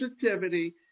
positivity